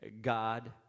God